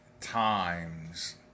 times